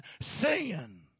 sin